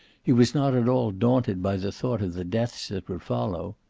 he was not at all daunted by the thought of the deaths that would follow.